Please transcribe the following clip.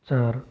चार